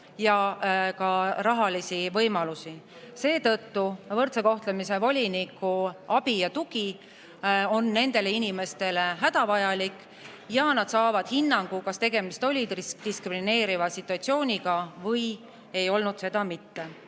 ega ka rahalist võimalust. Seetõttu on võrdse kohtlemise voliniku abi ja tugi nendele inimestele hädavajalik ja nad saavad hinnangu, kas tegemist oli diskrimineeriva situatsiooniga või ei olnud mitte.